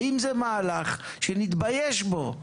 האם זה מהלך שנתבייש בו?